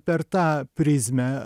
per tą prizmę